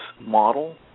model